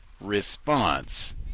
response